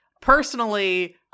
personally